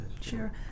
Sure